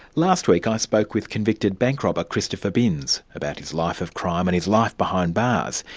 last week i spoke with convicted bank robber christopher binse about his life of crime and his life behind bars.